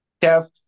KeV